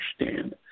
understand